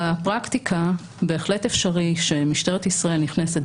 בפרקטיקה בהחלט אפשרי שמשטרת ישראל נכנסת